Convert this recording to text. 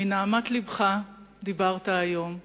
מנהמת לבך דיברת היום.